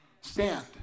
Stand